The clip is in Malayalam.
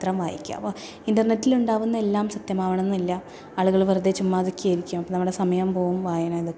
പത്രം വായിക്കുക അപ്പോൾ ഇൻ്റർനെറ്റിലുണ്ടാകുന്ന എല്ലാം ആളുകൾ വെറുതെ ചുമ്മാതൊക്കെ ആയിരിക്കാം നമ്മുടെ സമയം പോകും വായന ഇതൊക്കെ പോകും